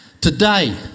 Today